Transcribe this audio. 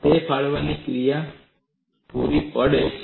તે ફાડવાની ક્રિયા પૂરી પાડે છે